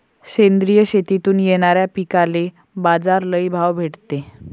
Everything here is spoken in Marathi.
सेंद्रिय शेतीतून येनाऱ्या पिकांले बाजार लई भाव भेटते